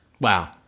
Wow